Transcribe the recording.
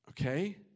okay